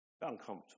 uncomfortable